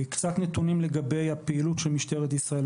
קצת נתונים לגבי הפעילות של משטרה ישראל,